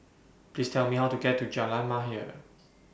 Please Tell Me How to get to Jalan Mahir